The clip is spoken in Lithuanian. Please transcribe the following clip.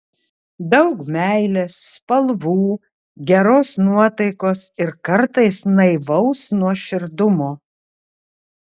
daug meilės spalvų geros nuotaikos ir kartais naivaus nuoširdumo